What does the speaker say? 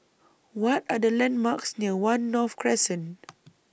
What Are The landmarks near one North Crescent